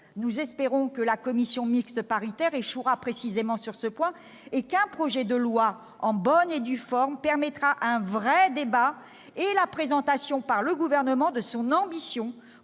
Nous espérons que la commission mixte paritaire échouera précisément sur ce point et qu'un projet de loi en bonne et due forme permettra la tenue d'un vrai débat et la présentation par le Gouvernement de son ambition